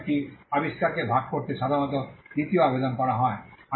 একটি আবিষ্কারকে ভাগ করতে সাধারণত বিভাগীয় আবেদন করা হয়